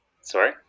Sorry